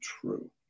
true